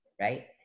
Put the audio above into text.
right